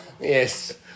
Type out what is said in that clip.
Yes